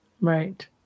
Right